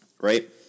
Right